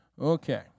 Okay